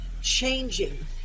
changing